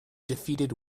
defeated